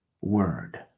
word